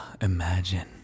imagine